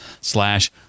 slash